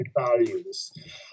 values